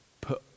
put